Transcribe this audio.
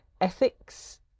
ethics